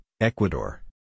Ecuador